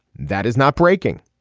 that is not breaking.